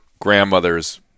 grandmother's